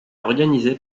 organisé